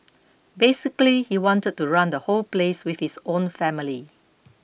basically he wanted to run the whole place with his own family